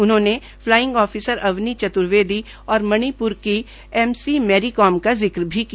उन्होंने flying officer Avani Chaturvedi और मणिप्र की एम सी मेरीकॉम का जिक्र भी किया